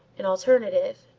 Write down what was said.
an alternative,